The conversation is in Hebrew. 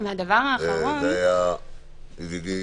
זה היה ידידי,